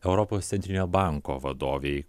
europos centrinio banko vadovei